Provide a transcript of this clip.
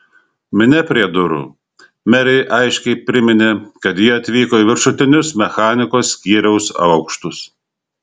minia prie durų merei aiškiai priminė kad ji atvyko į viršutinius mechanikos skyriaus aukštus